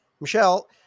Michelle